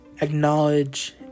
Acknowledge